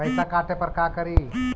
पैसा काटे पर का करि?